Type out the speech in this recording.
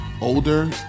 older